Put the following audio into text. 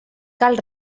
cal